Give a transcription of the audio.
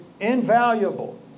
invaluable